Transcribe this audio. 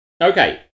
Okay